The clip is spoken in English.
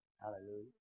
Hallelujah